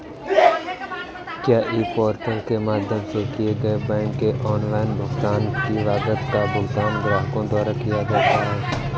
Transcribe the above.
क्या e portal के माध्यम से किए गए बैंक के ऑनलाइन भुगतान की लागत का भुगतान ग्राहकों द्वारा किया जाता है?